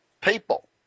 people